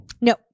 No